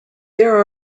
there